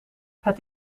het